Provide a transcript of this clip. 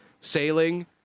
sailing